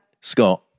Scott